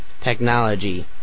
technology